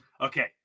Okay